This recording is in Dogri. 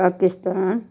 पाकिस्तान